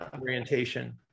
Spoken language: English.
orientation